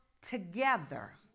together